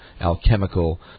alchemical